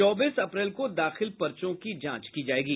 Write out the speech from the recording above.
चौबीस अप्रैल को दाखिल पर्चों की जांच की जायेगी